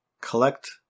collect